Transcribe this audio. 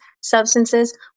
substances